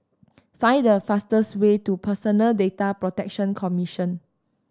find the fastest way to Personal Data Protection Commission